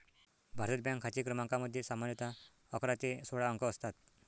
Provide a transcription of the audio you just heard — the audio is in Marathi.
भारतात, बँक खाते क्रमांकामध्ये सामान्यतः अकरा ते सोळा अंक असतात